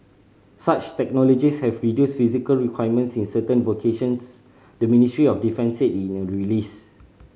such technologies have reduced physical requirements in certain vocations the Ministry of Defence said in a release